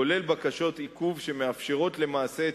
לרבות בקשות עיכוב שמאפשרות למעשה את